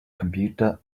computer